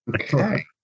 Okay